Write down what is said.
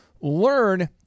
learn